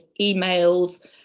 emails